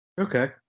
Okay